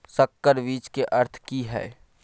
संकर बीज के अर्थ की हैय?